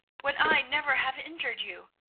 when i never have injured you?